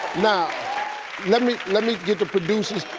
now let me let me get the producers.